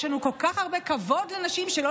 יש לנו כל כך הרבה כבוד לנשים שלא